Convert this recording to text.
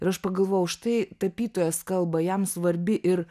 ir aš pagalvojau štai tapytojas kalba jam svarbi ir